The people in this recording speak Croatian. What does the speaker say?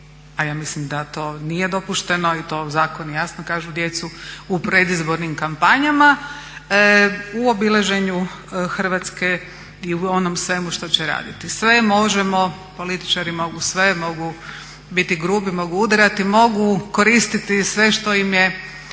a ja mislim da to nije dopušteno, i to zakoni jasno kažu djecu u predizbornim kampanjama, u obilaženju Hrvatske i u onom svemu što će raditi. Sve možemo, političari mogu sve, mogu biti grubi, mogu udarati, mogu koristiti sve što im je